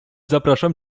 zapraszam